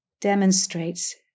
demonstrates